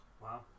Wow